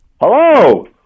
Hello